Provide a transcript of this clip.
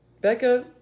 Becca